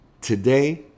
today